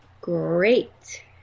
great